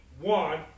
one